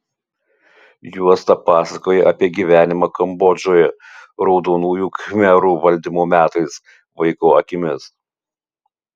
juosta pasakoja apie gyvenimą kambodžoje raudonųjų khmerų valdymo metais vaiko akimis